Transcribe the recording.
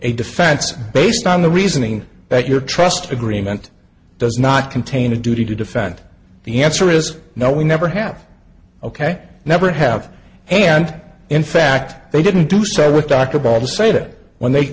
a defense based on the reasoning that your trust agreement does not contain a duty to defend the answer is no we never have ok never have and in fact they didn't do so with dr ball to say that when they